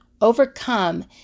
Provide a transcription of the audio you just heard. overcome